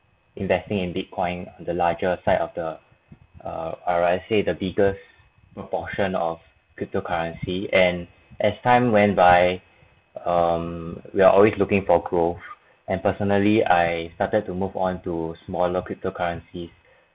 investing in bitcoin the larger side of the err or I say the biggest proportion of cryptocurrency and as time went by um we are always looking for growth and personally I started to move onto smaller cryptocurrencies